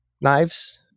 knives